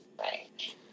Right